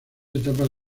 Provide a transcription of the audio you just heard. etapas